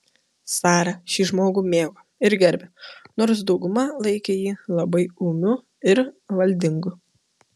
sara šį žmogų mėgo ir gerbė nors dauguma laikė jį labai ūmiu ir valdingu